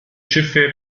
schiffe